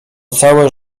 całe